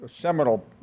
seminal